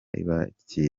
ibakire